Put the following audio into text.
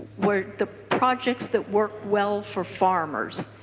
where the projects that work well for farmers.